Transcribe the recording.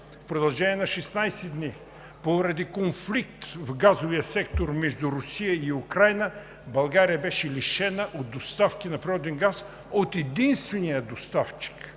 в продължение на 16 дни, поради конфликт в газовия сектор между Русия и Украйна, България беше лишена от доставки на природен газ от единствения доставчик.